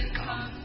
come